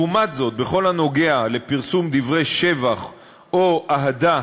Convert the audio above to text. לעומת זאת, בכל הנוגע לפרסום דברי שבח או אהדה